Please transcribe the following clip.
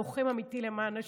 לוחם אמיתי למען נשים,